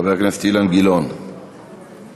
חבר הכנסת אילן גילאון, בבקשה.